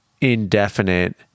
indefinite